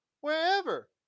wherever